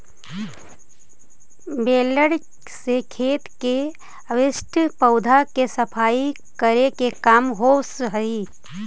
baler से खेत के अवशिष्ट पौधा के सफाई करे के काम होवऽ हई